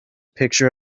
picture